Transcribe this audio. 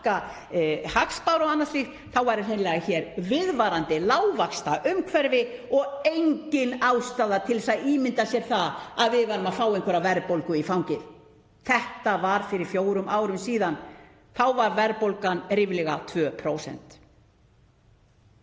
hagspár og annað slíkt væri hér hreinlega viðvarandi lágvaxtaumhverfi og engin ástæða til að ímynda sér að við værum að fá einhverja verðbólgu í fangið. Þetta var fyrir fjórum árum síðan. Þá var verðbólgan ríflega 2%.